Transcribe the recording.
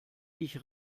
ich